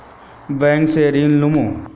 Bank से ऋण लुमू?